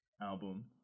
album